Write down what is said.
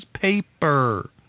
paper